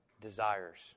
desires